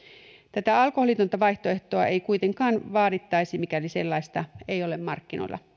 tätä alkoholitonta vaihtoehtoa ei kuitenkaan vaadittaisi mikäli sellaista ei ole markkinoilla